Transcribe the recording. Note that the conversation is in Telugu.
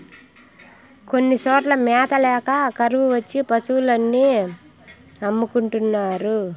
కొన్ని చోట్ల మ్యాత ల్యాక కరువు వచ్చి పశులు అన్ని అమ్ముకుంటున్నారు